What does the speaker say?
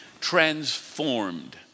transformed